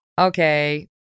okay